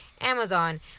Amazon